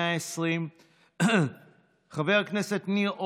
120. חבר הכנסת ניר אורבך,